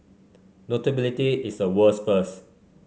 notability is a world's first